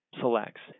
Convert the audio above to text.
selects